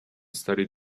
studied